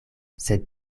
sed